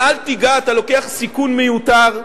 אל תיגע, אתה לוקח סיכון מיותר.